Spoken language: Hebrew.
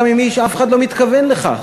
גם אם אף אחד לא מתכוון לכך.